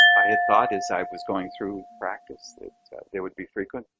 i had thought as i was going through practice that so they would be frequent.